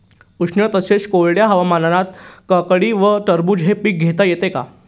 उष्ण तसेच कोरड्या हवामानात काकडी व टरबूज हे पीक घेता येते का?